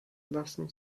lassen